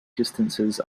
distances